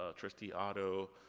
ah trustee otto,